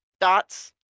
dots